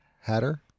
hatter